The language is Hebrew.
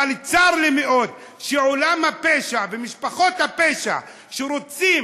אבל צר לי מאוד שעולם הפשע ומשפחות הפשע רוצים